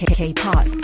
K-Pop